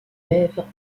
lèvres